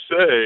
say